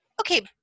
okay